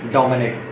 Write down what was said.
Dominic